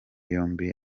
yombi